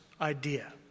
idea